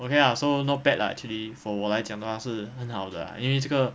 okay lah so not bad lah actually for 我来讲的话是很好的 lah 因为这个